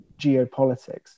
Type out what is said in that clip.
geopolitics